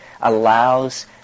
allows